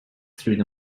through